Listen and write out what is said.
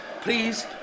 please